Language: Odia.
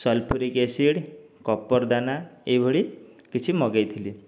ସଲଫ୍ୟୁରିକ୍ ଏସିଡ଼ କପର ଦାନା ଏଇଭଳି କିଛି ମଗେଇଥିଲି